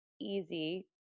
easy